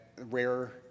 rare